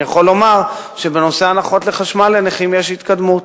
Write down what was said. אני יכול לומר שבנושא הנחות בחשמל לנכים יש התקדמות